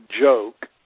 joke